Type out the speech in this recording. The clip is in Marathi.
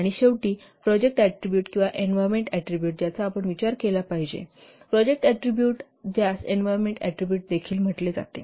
आणि शेवटी प्रोजेक्ट ऍट्रीबुट किंवा एन्व्हायरमेंट ऍट्रीबुट ज्याचा आपण विचार केला पाहिजे प्रोजेक्ट ऍट्रीबुट ज्यास एन्व्हायरमेंट ऍट्रीबुट देखील म्हटले जाते